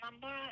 number